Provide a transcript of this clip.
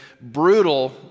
brutal